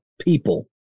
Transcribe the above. people